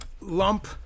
lump